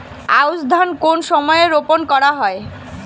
আউশ ধান কোন সময়ে রোপন করা হয়?